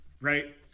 Right